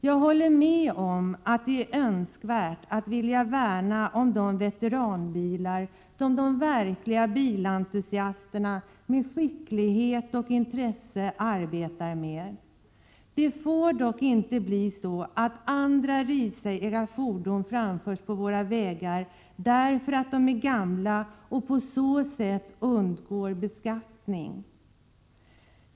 Jag håller med om att det är önskvärt att värna om de veteranbilar som de Prot. 1987/88:126 verkliga bilentusiasterna med skicklighet och intresse arbetar med. Det får 25 maj 1988 dock inte bli så att andra ”risiga” fordon framförs på våra vägar därför att de är gamla och således undgår beskattning.